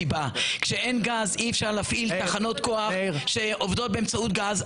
כשאין גז אי אפשר להפעיל תחנות כוח שעובדות באמצעות גז,